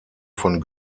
von